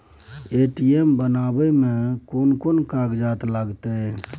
ATM बनाबै मे केना कोन कागजात लागतै?